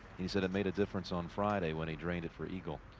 he said it made a difference on friday when he drained it for eagle.